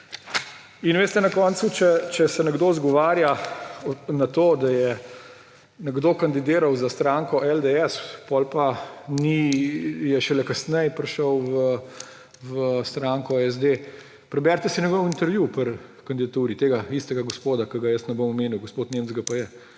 In na koncu, če se nekdo izgovarja na to, da je nekdo kandidiral za stranko LDS, potem pa je šele kasneje prišel v stranko SD, preberite si njegov intervju pri kandidaturi tega istega gospoda, ki ga jaz ne bom omenil, gospod Nemec ga pa je.